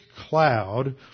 cloud